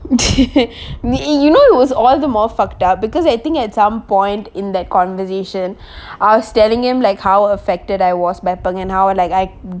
mean you know it was all the more fucked up because I think at some point in that conversation I was telling him like how affected I was by pang how ah like I